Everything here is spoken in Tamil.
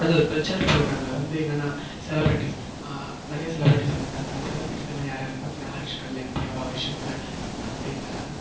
அது ஒரு கல்ச்சுரல் ப்ரோக்ராமில் வந்து என்னென்னால் செலிபிரிட்டிஸ் நிறையா செலிபிரிட்டிஸ் வந்திருந்தாங்க அந்த செலிபிரிட்டிஸ் எல்லாம் யாராரு பார்த்தீங்கனா ஹரிஷ் கல்யாண் பிரியா பவானி சங்கர் அண்ட் தென்